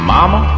Mama